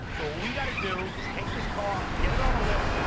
so, what we gotta do is take this car, get it on a lift,